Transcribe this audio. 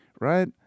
right